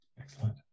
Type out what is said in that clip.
Excellent